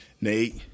Nate